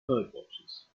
birdwatchers